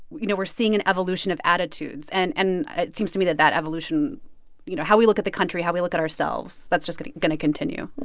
you know, we're seeing an evolution of attitudes. and and it seems to me that that evolution you know, how we look at the country, how we look at ourselves, that's just going going to continue